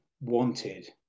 wanted